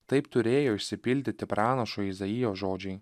taip turėjo išsipildyti pranašo izaijo žodžiai